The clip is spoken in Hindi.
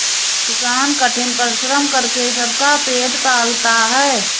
किसान कठिन परिश्रम करके सबका पेट पालता है